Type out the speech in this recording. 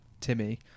Timmy